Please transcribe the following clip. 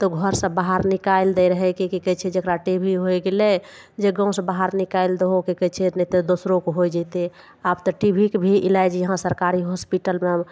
तऽ घरसँ बाहर निकालि दै रहय कि कहय छै जकरा टी बी होइ गेलय जे गाँवसँ बाहर निकालि दहो कि कहय छै ने तऽ दोसरोके होइ जेतय आब तऽ टी बी के भी इलाज यहाँ सरकारी हॉस्पिटलमे